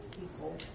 people